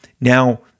now